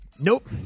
Nope